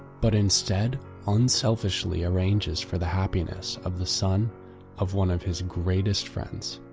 but instead unselfishly arranges for the happiness of the son of one of his greatest friends.